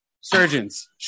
Surgeons